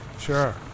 Sure